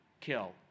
kill